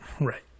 right